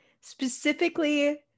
specifically